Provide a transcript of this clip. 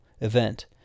event